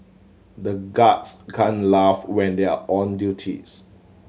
the guards can't laugh when they are on duties